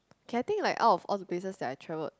K I think like out of all the places that I traveled